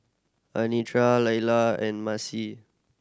Anitra Laila and Maci